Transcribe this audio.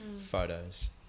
photos